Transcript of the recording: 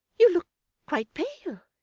you look quite pale!